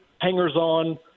hangers-on